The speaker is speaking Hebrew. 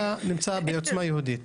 אתה חבר מפלגה בעוצמה יהודית,